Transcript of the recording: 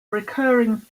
recurring